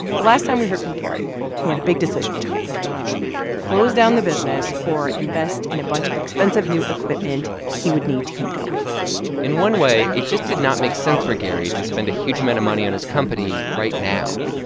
the last time we heard from gary he had a big decision to make close down the business or invest in a bunch of expensive new equipment he would need to keep going in one way, it just did not make sense for gary to spend a huge amount of money on his company right now.